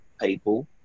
people